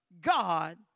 God